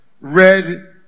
red